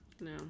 No